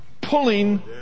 pulling